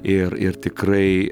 ir ir tikrai